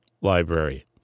Library